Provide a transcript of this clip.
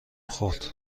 خورد